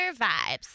Vibes